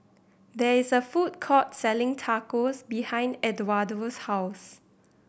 there is a food court selling Tacos behind Edwardo's house